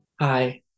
Hi